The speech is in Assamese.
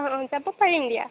অঁ অঁ যাব পাৰিম দিয়া